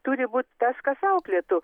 turi būt tas kas auklėtų